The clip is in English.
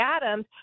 Adams